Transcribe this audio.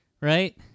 right